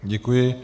Děkuji.